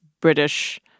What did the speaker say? British